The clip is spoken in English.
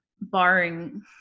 barring